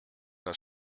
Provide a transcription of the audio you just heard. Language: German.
das